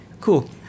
Cool